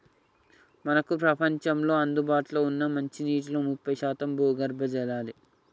మనకు ప్రపంచంలో అందుబాటులో ఉన్న మంచినీటిలో ముప్పై శాతం భూగర్భ జలాలే